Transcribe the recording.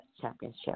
championship